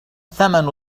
ثمن